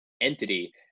entity